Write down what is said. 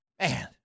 Man